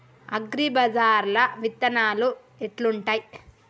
అగ్రిబజార్ల విత్తనాలు ఎట్లుంటయ్?